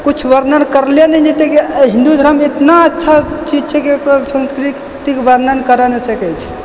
किछु वर्णन करले नहि जेतय कि हिन्दू धर्म इतना अच्छा चीज छै कि कोइ संस्कृतिके वर्णन करऽ नहि सकय छै